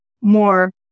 more